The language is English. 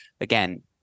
Again